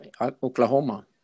Oklahoma